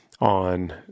on